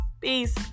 Peace